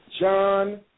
John